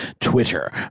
Twitter